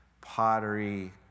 pottery